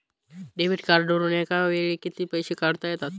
Debit कार्डवरुन एका वेळी किती पैसे काढता येतात?